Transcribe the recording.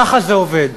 ככה זה עובד.